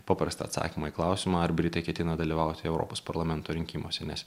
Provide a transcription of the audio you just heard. paprastą atsakymą į klausimą ar britai ketina dalyvauti europos parlamento rinkimuose nes